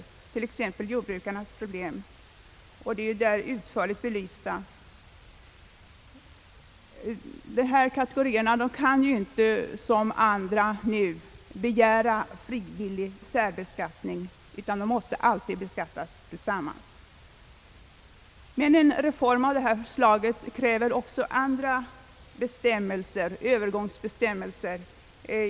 Såsom exempel kan nämnas att jordbrukarnas problem är rätt ingående belysta. De kategorier som det här gäller kan inte såsom andra grupper begära frivillig särbeskattning utan måste alltid bli föremål för sambeskattning. En reform av detta slag kräver även andra övergångsbestämmelser.